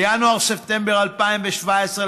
בינואר ספטמבר 2017,